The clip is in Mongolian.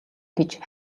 гэж